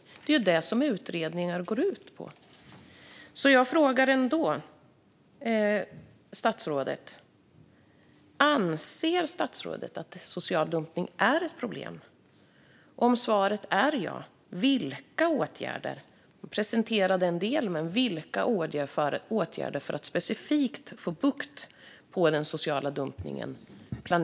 Det är ju det utredningar går ut på. Anser statsrådet att social dumpning är ett problem? Och om svaret är ja - statsrådet presenterade visserligen en del åtgärder - vilka åtgärder planeras för att specifikt få bukt med den sociala dumpningen?